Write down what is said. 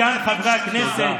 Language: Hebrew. זקן חברי הכנסת,